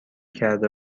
کرده